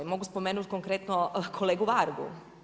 Mogu spomenuti konkretno kolegu Vargu.